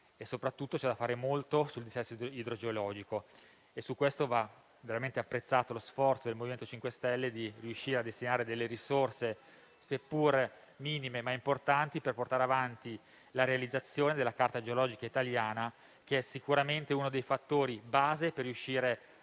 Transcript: Soprattutto c'è da fare molto sul dissesto idrogeologico. A tale riguardo va apprezzato lo sforzo del MoVimento 5 Stelle volto a destinare risorse, minime ma importanti, per portare avanti la realizzazione della Carta geologica d'Italia, che è sicuramente uno dei fattori base per riuscire